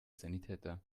sanitäter